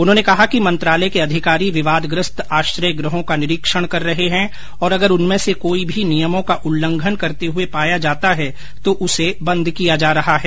उन्होंने कहा कि मंत्रालय के अधिकारी विवादग्रस्त आश्रय गृहों का निरीक्षण कर रहे हैं और अगर उनमें से कोई भी नियमों का उल्लंघन करते हुए पाया जाता है तो उसे बंद किया जा रहा है